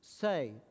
say